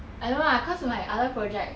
I don't know lah cause my other project